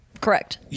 Correct